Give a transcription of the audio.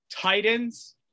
Titans